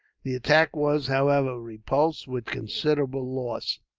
the attack was, however, repulsed with considerable loss.